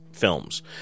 films